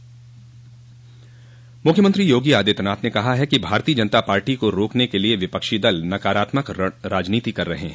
मुख्यमंत्री योगी आदित्यनाथ ने कहा है कि भारतीय जनता पार्टी को रोकने के लिए विपक्षी दल नाकारात्मक राजनीति कर रहे हैं